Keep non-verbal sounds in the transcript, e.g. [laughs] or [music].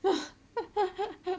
[laughs]